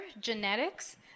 genetics